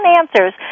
answers